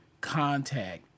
contact